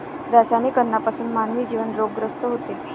रासायनिक अन्नापासून मानवी जीवन रोगग्रस्त होते